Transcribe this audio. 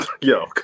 Yo